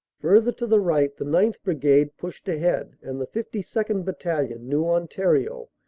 further to the right, the ninth. brigade pushed ahead, and the fifty second. battalion, new ontario,